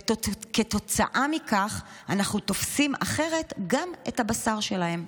וכתוצאה מכך אנחנו תופסים אחרת גם את הבשר שלהם.